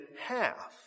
half